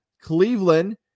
Cleveland